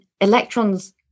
electrons